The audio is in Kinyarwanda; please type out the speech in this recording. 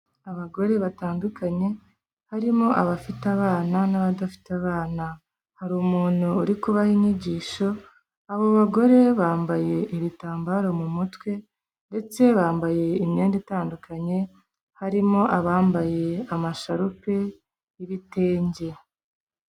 Abagore batandukanye, harimo abafite abana n'abadafite abana. Hari umuntu uri kubaho inyigisho, abo bagore bambaye ibitambaro mu mutwe ndetse bambaye imyenda itandukanye, harimo abambaye amasharupe y'ibitenge.